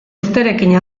urterekin